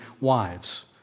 wives